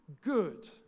good